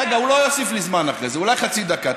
רגע, הוא לא יוסיף לי זמן אחרי זה, אולי חצי דקה.